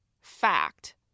fact